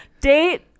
Date